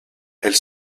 elle